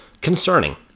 Concerning